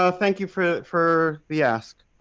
ah thank you for for the ask.